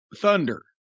thunder